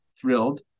thrilled